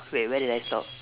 wait where did I stop